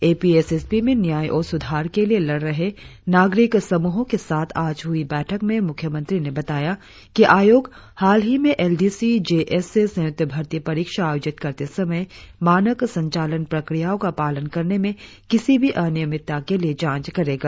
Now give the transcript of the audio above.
ए P S S B में न्याय और स्धार के लिए लड़ रहे नागरिक समूहों के साथ आज हई बैठक में म्ख्य मंत्री ने बताया कि आयोग हालही में L D C J S A संयुक्त भर्ती परीक्षा आयोजित करते समय मानक संचालन प्रक्रियाओं का पालन करने में किसी भी अनियमितता के लिए जांच करेगा